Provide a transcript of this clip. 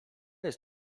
jest